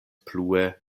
plue